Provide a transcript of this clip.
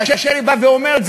כאשר היא אומרת,